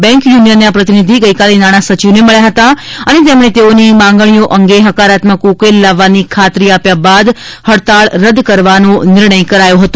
bank યૂનિયનના પ્રતિનિધિ ગઈકાલે નાણાં સચિવને મળ્યા હતા અને તેમણે તેઓની માગણીઓ અંગે હકારાત્મક ઉકેલ લાવવાની ખાતરી આપ્યા બાદ હડતાળ રદ કરવાનો નિર્ણય કરાયો હતો